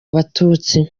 abatutsi